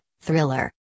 Thriller